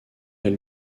est